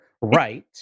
right